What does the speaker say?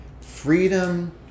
Freedom